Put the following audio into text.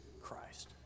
Christ